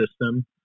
system